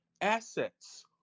assets